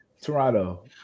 Toronto